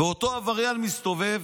ואותו עבריין מסתובב,